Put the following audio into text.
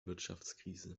wirtschaftskrise